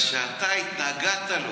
בגלל שאתה התנגדת לו,